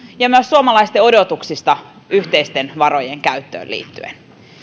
ja myös suomalaisten odotuksista yhteisten varojen käyttöön liittyen